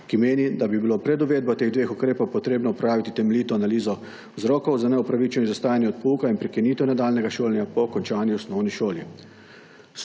ki meni, da bi bilo pred uvedbo teh dveh ukrepov potrebno opraviti temeljito analizo vzrokov za neopravičeno izostajanje od pouka in prekinitev nadaljnjega šolanja po končani osnovni šoli.